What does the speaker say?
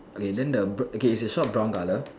okay then the okay is the shop brown colour